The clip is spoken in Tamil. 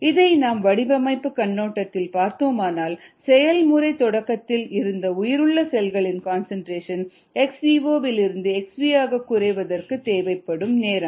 இதை நாம் வடிவமைப்பு கண்ணோட்டத்தில் பார்த்தோமானால் செயல்முறை தொடக்கத்தில் இருந்த உயிருள்ள செல்களின் கன்சன்ட்ரேஷன் xvoவிலிருந்து xv ஆக குறைவதற்கு தேவைப்படும் நேரம்